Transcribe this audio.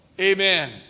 amen